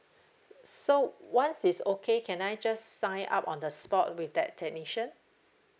so once it's okay can I just sign up on the spot with that technician